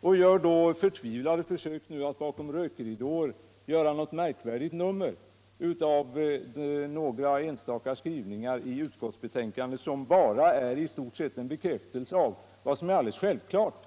och nu försöker han förtvivlat bakom rökridåer göra ett nummer av några enstaka skrivningar i utskottsbetänkandet, som i stort sett bara är en bekräftelse av vad som är alldeles självklart,